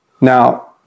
Now